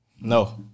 No